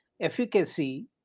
efficacy